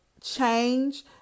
change